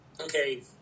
okay